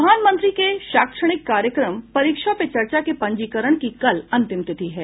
प्रधानमंत्री के शैक्षिक कार्यक्रम परीक्षा पे चर्चा के पंजीकरण की कल अंतिम तिथि है